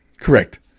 Correct